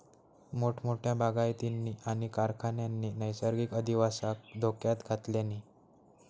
मोठमोठ्या बागायतींनी आणि कारखान्यांनी नैसर्गिक अधिवासाक धोक्यात घातल्यानी